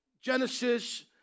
Genesis